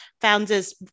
founders